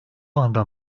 anda